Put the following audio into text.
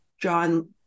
John